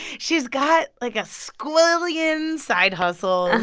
she's got, like, a squillion side hustles,